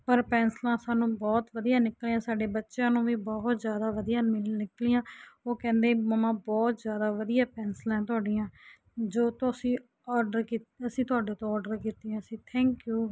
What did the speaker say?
ਪਰ ਪੈਨਸਲਾਂ ਸਾਨੂੰ ਬਹੁਤ ਵਧੀਆ ਨਿਕਲਿਆ ਸਾਡੇ ਬੱਚਿਆਂ ਨੂੰ ਵੀ ਬਹੁਤ ਜ਼ਿਆਦਾ ਵਧੀਆ ਮਿਲਣ ਨਿਕਲੀਆਂ ਉਹ ਕਹਿੰਦੇ ਮੰਮਾ ਬਹੁਤ ਜ਼ਿਆਦਾ ਵਧੀਆ ਪੈਨਸਲਾਂ ਤੁਹਾਡੀਆਂ ਜੋ ਤੁਸੀਂ ਆਰਡਰ ਕੀਤ ਅਸੀਂ ਤੁਹਾਡੇ ਤੋਂ ਆਰਡਰ ਕੀਤੀਆਂ ਸੀ ਥੈਂਕ ਯੂ